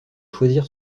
choisir